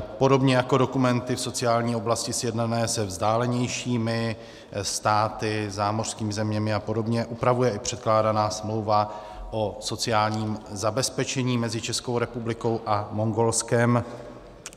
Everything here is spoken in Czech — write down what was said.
Podobně jako dokumenty v sociální oblasti sjednané se vzdálenějšími státy, zámořskými zeměmi a podobně, upravuje i předkládaná smlouva o sociálním zabezpečení mezi Českou republikou a Mongolskem